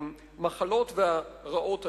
המחלות והרעות האלה,